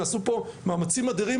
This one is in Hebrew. נעשו פה מאמצים אדירים,